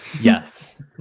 Yes